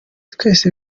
twese